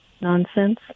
nonsense